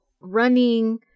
running